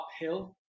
uphill